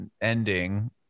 ending